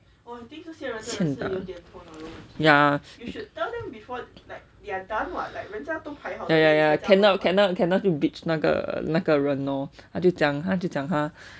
欠打 ya ya ya ya cannot cannot cannot 就 bitch 那个那个人 lor 他就讲他就讲他